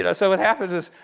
yeah so what happens is,